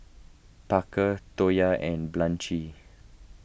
Parker Toya and Blanche